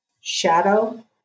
shadow